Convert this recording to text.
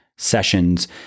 Sessions